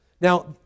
Now